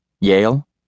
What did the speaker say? Yale